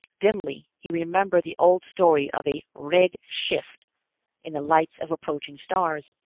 dimly, he remembered the old story of a red shift in the lights of approaching stars,